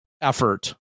effort